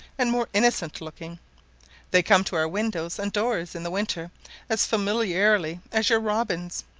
and more innocent-looking they come to our windows and doors in the winter as familiarly as your robins.